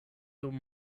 dum